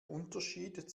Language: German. unterschied